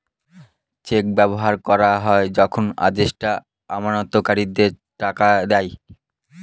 check ব্যবহার করা হয় যখন আদেষ্টা আমানতকারীদের টাকা দেয়